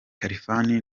khalfan